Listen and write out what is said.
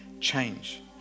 change